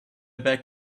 back